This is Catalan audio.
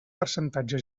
percentatge